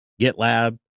GitLab